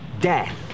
Death